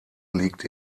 liegt